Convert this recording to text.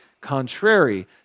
contrary